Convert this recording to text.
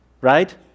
Right